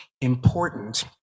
important